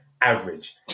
average